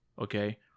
okay